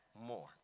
more